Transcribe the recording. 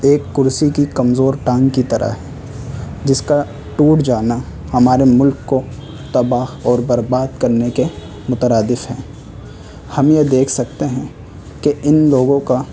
ایک کرسی کی کمزور ٹانگ کی طرح ہے جس کا ٹوٹ جانا ہمارے ملک کو تباہ اور برباد کرنے کے مترادف ہے ہم یہ دیکھ سکتے ہیں کہ ان لوگوں کا